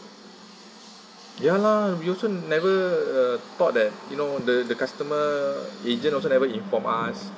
ya lah we also never uh thought that you know the the customer agent also never informed us